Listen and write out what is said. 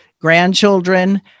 grandchildren